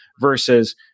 versus